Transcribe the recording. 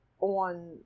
on